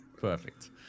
Perfect